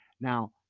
Now